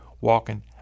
walking